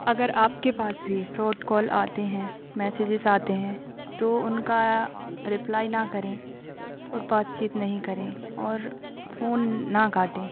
अगर आपके पास भी फ्रॉड कॉल आते हैं मेसेजेस आते हैं तो उनका रिप्लाई ना करें और बातचीत नहीं करें और फोन ना काटें